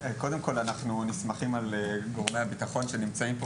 קודם כל אנחנו נסמכים על גורמי הביטחון שנמצאים פה